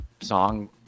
song